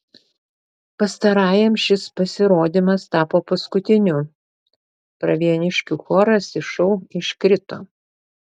pastarajam šis pasirodymas tapo paskutiniu pravieniškių choras iš šou iškrito